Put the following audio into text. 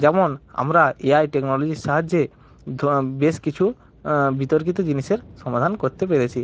যেমন আমরা এআই টেকনোলজির সাহায্যে বেশ কিছু বিতর্কিত জিনিসের সমাধান করতে পেরেছি